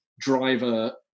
driver